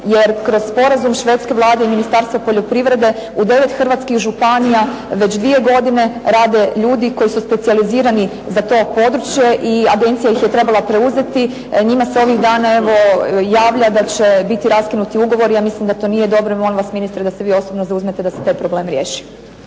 jer kroz sporazum švedske Vlade i Ministarstva poljoprivrede u 9 hrvatskih županija već 2 godine rade ljudi koji su specijalizirani za to područje i Agencija ih je trebala preuzeti. Njima se ovih dana, evo javlja da će biti raskinuti ugovori. Ja mislim da to nije dobro i molim vas ministre da se vi osobno zauzmete da se taj problem riješi.